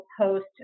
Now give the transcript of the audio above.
post